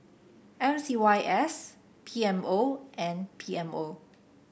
M C Y S P M O and P M O